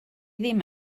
ddim